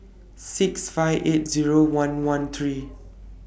six five eight Zero one one three